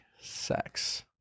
sex